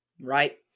right